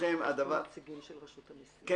יש